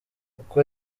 uko